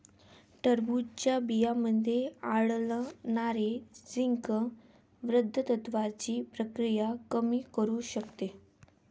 टरबूजच्या बियांमध्ये आढळणारे झिंक वृद्धत्वाची प्रक्रिया कमी करू शकते